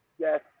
Yes